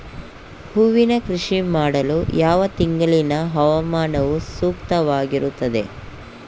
ಹೂವಿನ ಕೃಷಿ ಮಾಡಲು ಯಾವ ತಿಂಗಳಿನ ಹವಾಮಾನವು ಸೂಕ್ತವಾಗಿರುತ್ತದೆ?